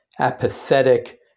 apathetic